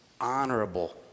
honorable